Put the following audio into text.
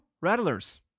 rattlers